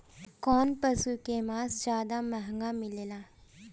कौन पशु के मांस ज्यादा महंगा मिलेला?